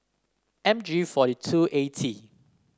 M G forty two A T